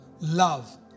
love